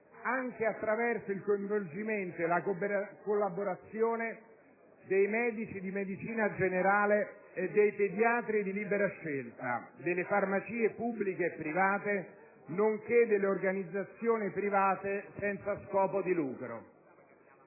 anche attraverso il coinvolgimento e la collaborazione dei medici di medicina generale e dei pediatri di libera scelta, delle farmacie pubbliche e private, nonché delle organizzazioni private senza scopo di lucro.